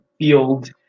field